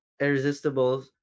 irresistible